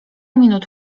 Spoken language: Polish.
minut